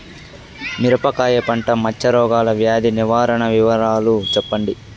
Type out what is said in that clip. మిరపకాయ పంట మచ్చ రోగాల వ్యాధి నివారణ వివరాలు చెప్పండి?